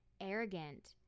arrogant